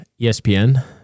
ESPN